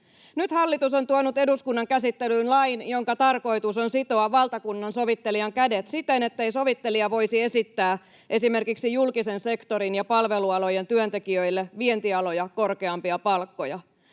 Nyt hallitus on tuonut eduskunnan käsittelyyn lain, jonka tarkoitus on sitoa valtakunnansovittelijan kädet siten, ettei sovittelija voisi esittää esimerkiksi julkisen sektorin ja palvelualojen työntekijöille vientialoja korkeampia palkkoja.